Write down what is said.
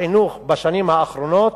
בחינוך בשנים האחרונות,